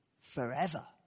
forever